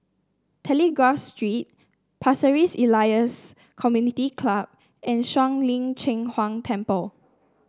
Telegraph Street Pasir Ris Elias Community Club and Shuang Lin Cheng Huang Temple